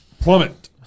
plummet